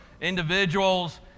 individuals